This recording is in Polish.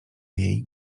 jej